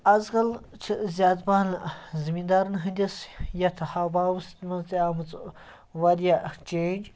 اَزکَل چھِ أسۍ زیادٕ پَہم زٔمیٖندارَن ہٕنٛدِس یَتھ ہاو باوَس منٛز تہِ آمٕژ واریاہ چینٛج